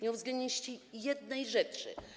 Nie uwzględniliście ani jednej rzeczy.